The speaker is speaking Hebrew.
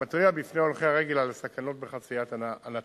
המתריע בפני הולכי הרגל על הסכנות בחציית הנת"צ.